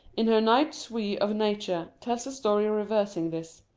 in her night suie of nature, tells a story reversing this,